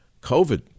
COVID